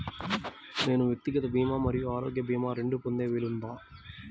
నేను వ్యక్తిగత భీమా మరియు ఆరోగ్య భీమా రెండు పొందే వీలుందా?